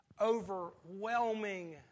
overwhelming